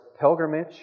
pilgrimage